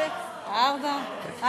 ארבעה.